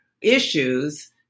issues